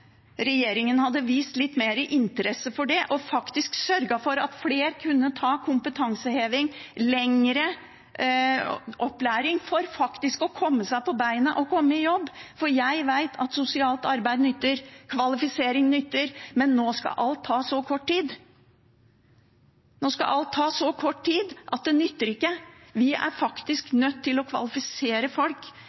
regjeringen hadde vist litt mer interesse for det og sørget for at flere kunne ta kompetanseheving, lengre opplæring for å komme seg på beina og komme i jobb, for jeg vet at sosialt arbeid nytter, kvalifisering nytter. Men nå skal alt ta så kort tid, så kort tid at det nytter ikke. Vi er faktisk nødt til å kvalifisere folk